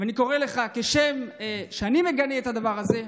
ואני קורא לך: כשם שאני מגנה את הדבר הזה,